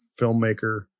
filmmaker